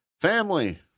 Family